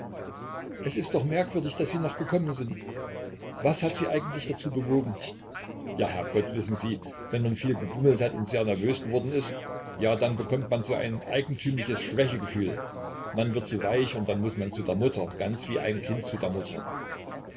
es ist doch merkwürdig daß sie noch gekommen sind was hat sie eigentlich dazu bewogen ja herrgott wissen sie wenn man viel gebummelt hat und sehr nervös geworden ist ja dann bekommt man so ein eigentümliches schwächegefühl man wird so weich und dann muß man zu der mutter ganz wie ein kind zu der mutter